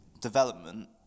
development